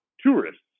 tourists